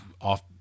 off